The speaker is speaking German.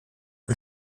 und